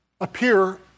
appear